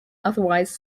otherwise